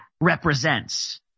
represents